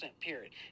period